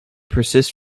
persist